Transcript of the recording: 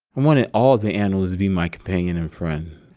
wanted all the animals to be my companion and friend.